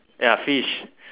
ya fish